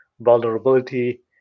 Vulnerability